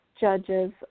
judges